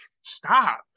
Stop